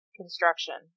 construction